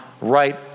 right